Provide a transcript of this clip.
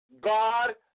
God